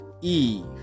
Eve